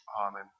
Amen